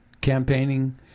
campaigning